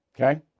Okay